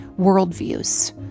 worldviews